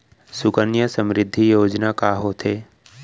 सुकन्या समृद्धि योजना का होथे